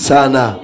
Sana